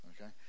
Okay